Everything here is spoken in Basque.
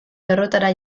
errotara